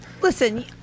Listen